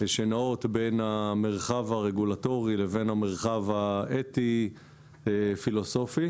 שנעות בין המרחב הרגולטורי ובין המרחב האתי פילוסופי.